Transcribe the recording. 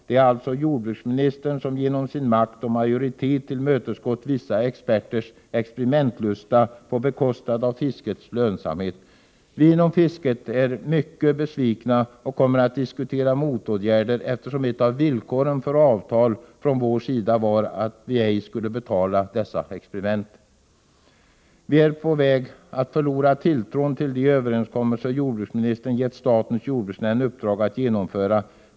Det är alltså jordbruksministern som genom sin makt och med sin majoritet bakom sig tillmötesgått vissa experters experimentlusta på bekostnad av fiskets lönsamhet. Vi inom fisket är mycket besvikna och kommer att diskutera motåtgärder, eftersom ett av villkoren för avtal från vår sida var att vi ej skulle betala dessa experiment. Vi är på väg att förlora tilltron till de överenskommelser jordbruksministern gett statens jordbruksnämnd i uppdrag att genomföra.